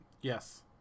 yes